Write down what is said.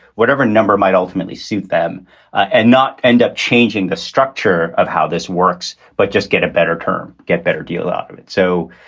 whatever number might ultimately suit them and not end up changing the structure of how this works, but just get a better term, get better deal out of it. so,